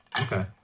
okay